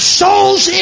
souls